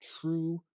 true